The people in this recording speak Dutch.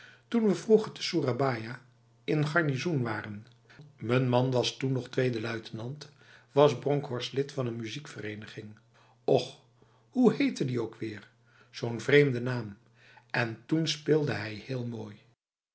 toen we vroeger te soerabaia in garnizoen waren m'n man was toen nog tweede luitenant was bronkhorst lid van een muziekvereniging och hoe heette die ook weer zo'n vreemde naam en toen speelde hij heel mooi